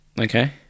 Okay